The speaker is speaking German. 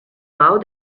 bau